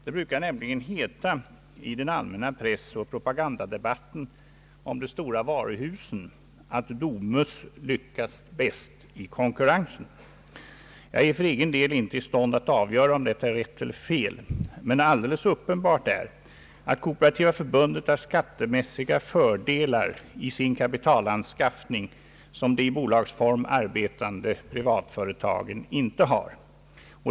Det brukar nämligen heta i den allmänna pressoch propagandadebatten om de stora varuhusen, att Domus lyckats bäst i konkurrensen. Jag är för egen del inte i stånd att avgöra om detta är rätt eller fel, men alldeles uppenbart är att Kooperativa förbundet har skattemässiga fördelar i sin kapitalanskaffning, som de i bolagsform arbetande privatföretagen inte har.